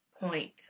point